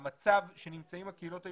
המצב שנמצאות בו הקהילות היהודיות,